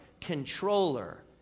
controller